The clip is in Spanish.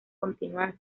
continúan